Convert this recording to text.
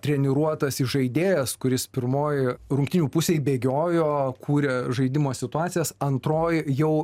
treniruotas įžaidėjas kuris pirmoj rungtynių pusėj bėgiojo kūrė žaidimo situacijas antroj jau